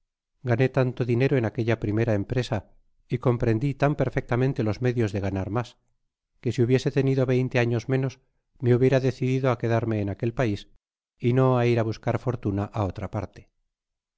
gane tanto dinero en aquella primera empresa y comprendi tan perfectamente los medios de ganar mas que si hubiese tenido veinte anos menos me hubiera decidido a quedar me en aquel pais y no á ir á buscar fortuna á otra parte